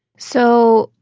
so,